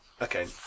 Okay